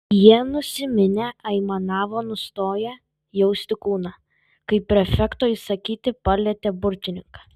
jie nusiminę aimanavo nustoję jausti kūną kai prefekto įsakyti palietė burtininką